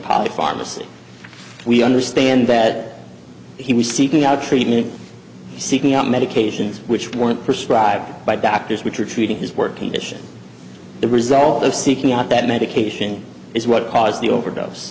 pot pharmacy we understand that he was seeking out treatment seeking out medications which weren't prescribed by doctors which are treating his working mission the result of seeking out that medication is what caused the overdose